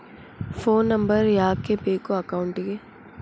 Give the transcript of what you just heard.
Phone number ಯಾಕೆ ಬೇಕು ಅಕೌಂಟಿಗೆ?